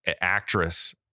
actress